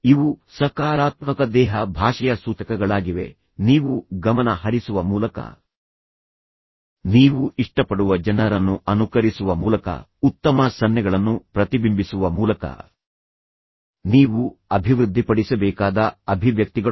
ಇವು ಸಕಾರಾತ್ಮಕ ದೇಹ ಭಾಷೆಯ ಸೂಚಕಗಳಾಗಿವೆ ನೀವು ಗಮನ ಹರಿಸುವ ಮೂಲಕ ನೀವು ಇಷ್ಟಪಡುವ ಜನರನ್ನು ಅನುಕರಿಸುವ ಮೂಲಕ ಉತ್ತಮ ಸನ್ನೆಗಳನ್ನು ಪ್ರತಿಬಿಂಬಿಸುವ ಮೂಲಕ ನೀವು ಅಭಿವೃದ್ಧಿಪಡಿಸಬೇಕಾದ ಅಭಿವ್ಯಕ್ತಿಗಳು